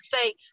say